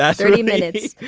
yeah thirty minutes